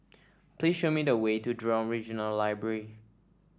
please show me the way to Jurong Regional Library